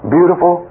Beautiful